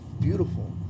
beautiful